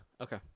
Okay